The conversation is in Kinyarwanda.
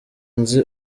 nzi